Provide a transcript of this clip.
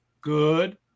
good